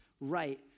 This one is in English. right